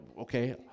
Okay